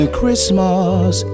Christmas